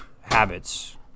habits